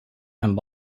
and